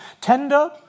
tender